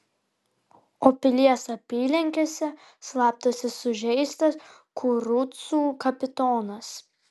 o pilies apylinkėse slapstosi sužeistas kurucų kapitonas